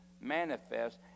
manifest